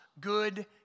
good